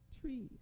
Trees